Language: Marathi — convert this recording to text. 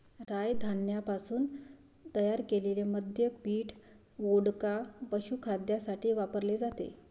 राय धान्यापासून तयार केलेले मद्य पीठ, वोडका, पशुखाद्यासाठी वापरले जाते